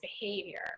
behavior